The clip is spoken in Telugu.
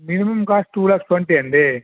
మినిమం కాస్ట్ టూ ల్యాక్స్ ట్వంటీయా అండి